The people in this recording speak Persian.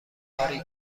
ماری